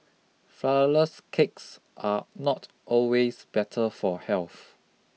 flourless cakes are not always better for health